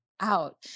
out